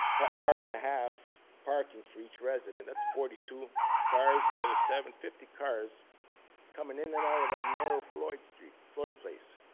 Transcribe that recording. but car and a half parking for each resident, that's forty two cars, another seven, fifty cars coming in and out of that narrow floyd street, floyd place.